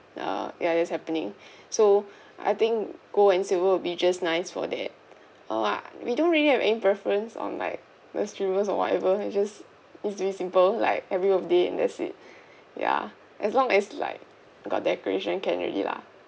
uh ya that's happening so I think gold and silver will be just nice for that uh ah we don't really have any preference on like the streamers or whatever just simple like every birthday and that's it ya as long as like got decoration can already lah